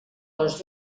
les